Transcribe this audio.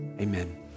amen